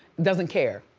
doesn't care,